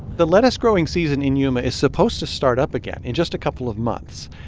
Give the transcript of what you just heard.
the lettuce growing season in yuma is supposed to start up again in just a couple of months.